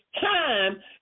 time